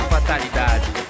Fatalidade